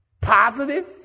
positive